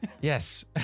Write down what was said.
Yes